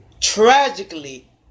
Tragically